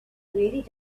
really